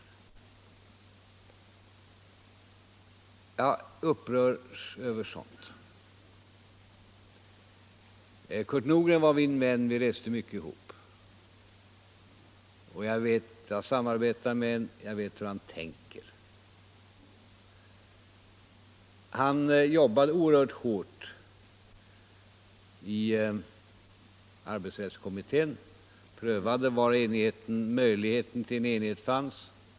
Jag upprörs över sådant. Kurt Nordgren var min vän. Vi reste mycket tillsammans. Jag samarbetade med honom och vet hur han tänkte. Han jobbade oerhört hårt i arbetsrättskommittén och prövade var möjligheterna till enighet fanns.